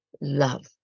love